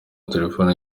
telefoni